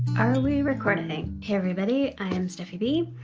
are we recording? hey, everybody, i'm stephieb,